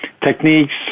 techniques